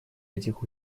этих